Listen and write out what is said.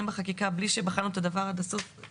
בחקיקה בלי שבחנו את הדבר עד הסוף זה